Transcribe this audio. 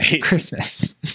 Christmas